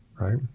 Right